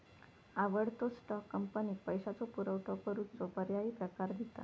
आवडतो स्टॉक, कंपनीक पैशाचो पुरवठो करूचो पर्यायी प्रकार दिता